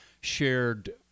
shared